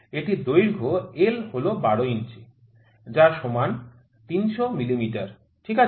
এটির দৈর্ঘ্য l হল ১২ ইঞ্চি যা সমান ৩০০ মিমি ঠিক আছে